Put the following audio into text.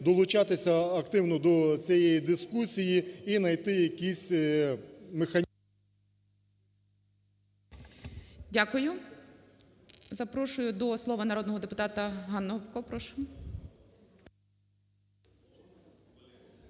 долучатися активно до цієї дискусії і знайти якісь механізми… ГОЛОВУЮЧИЙ. Дякую. Запрошую до слова народного депутата ГаннуГопко.